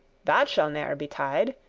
that shall ne'er betide.